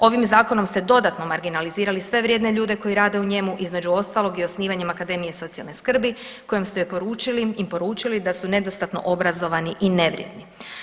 Ovim zakonom ste dodatno marginalizirali sve vrijedne ljude koji rade u njemu, između ostalog i osnivanjem Akademije socijalne skrbi kojom ste im poručili da su nedostatno obrazovani i nevrijedni.